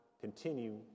continue